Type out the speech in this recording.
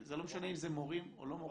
זה לא משנה אם זה מורים או לא מורים.